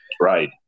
Right